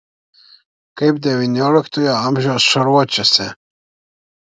kaip devynioliktojo amžiaus šarvuočiuose